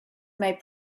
may